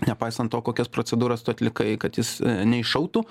nepaisant to kokias procedūras tu atlikai kad jis neiššautų